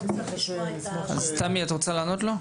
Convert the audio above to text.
תמי, משרד החינוך, את רוצה לענות לו?